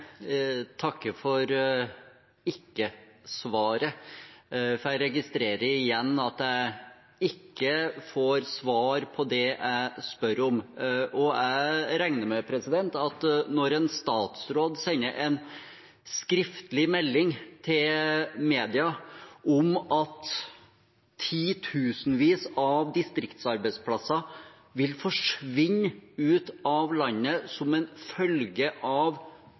registrerer igjen at jeg ikke får svar på det jeg spør om. Når en statsråd sender en skriftlig melding til media om at titusenvis av distriktsarbeidsplasser vil forsvinne ut av landet som en følge av